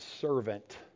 servant